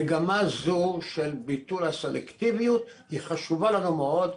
מגמה זו של ביטול הסלקטיביות היא חשובה לנו מאוד,